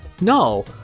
no